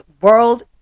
World